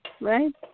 Right